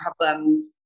problems